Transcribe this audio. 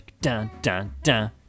Dun-dun-dun